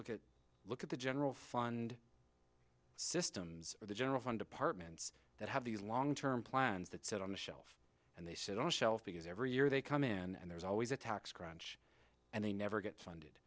look at look at the general fund systems or the general fund departments that have these long term plans that sit on the shelf and they sit on the shelf because every year they come in and there's always a tax crunch and they never get funded